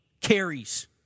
carries